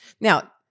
Now